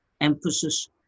Emphasis